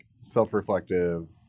self-reflective